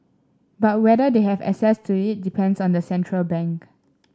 but whether they have access to it depends on the central bank